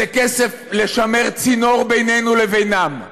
זה קשר לשמר צינור בינינו לבינם.